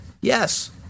Yes